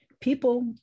People